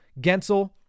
Gensel